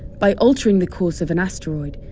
by altering the course of an asteroid,